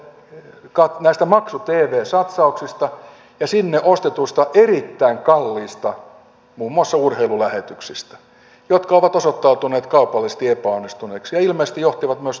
ne tulevat näistä maksu tv satsauksista ja sinne ostetuista erittäin kalliista muun muassa urheilulähetyksistä jotka ovat osoittautuneet kaupallisesti epäonnistuneiksi ja ilmeisesti johtivat myös toimitusjohtajan vaihtoon